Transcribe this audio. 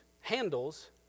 handles